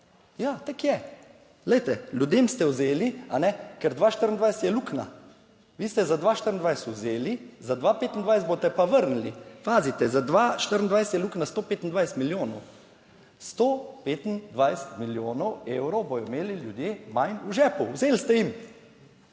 Je, glejte, ljudem ste vzeli, a ne, Ker 2024 je luknja. Vi ste za 2024 vzeli, za 2025 boste pa vrnili. Pazite, za 2024 je luknja 125 milijonov. 125 milijonov evrov bodo imeli ljudje manj v žepu, vzeli ste jim